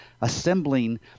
assembling